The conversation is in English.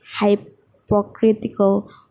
hypocritical